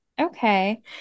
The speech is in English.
Okay